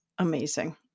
amazing